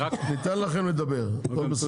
ניתן לכם לדבר, הכול בסדר.